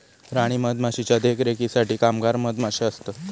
राणी मधमाशीच्या देखरेखीसाठी कामगार मधमाशे असतत